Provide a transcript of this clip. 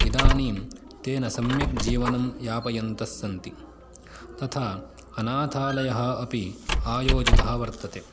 इदानीं तेन सम्यक् जीवनं यापयन्तः सन्ति तथा अनाथालयः अपि आयोजितः वर्तते